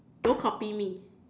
don't copy me